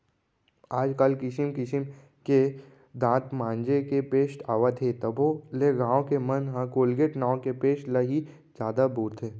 आज काल किसिम किसिम के दांत मांजे के पेस्ट आवत हे तभो ले गॉंव के मन ह कोलगेट नांव के पेस्ट ल ही जादा बउरथे